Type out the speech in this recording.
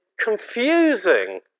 confusing